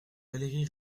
valérie